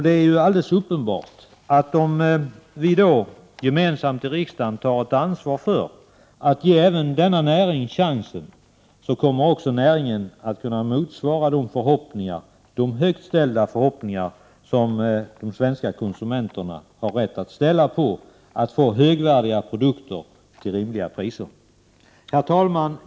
Det är alldeles uppenbart att om vi gemensamt i riksdagen tar ett ansvar för att ge även denna näring chansen kommer näringen också att kunna motsvara de högt ställda förhoppningar som de svenska konsumenterna har rätt att hysa på att få högvärdiga produkter till rimliga priser. Herr talman!